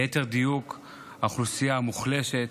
וליתר דיוק האוכלוסייה המוחלשת,